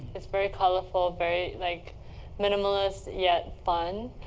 it's very colorful, very like minimalist yet fun.